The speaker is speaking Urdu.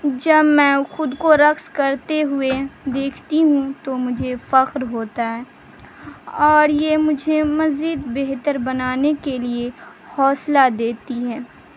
جب میں خود کو رقص کرتے ہوئے دیکھتی ہوں تو مجھے فخر ہوتا ہے اور یہ مجھے مزید بہتر بنانے کے لیے حوصلہ دیتی ہے